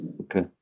Okay